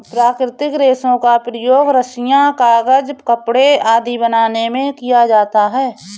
प्राकृतिक रेशों का प्रयोग रस्सियॉँ, कागज़, कपड़े आदि बनाने में किया जाता है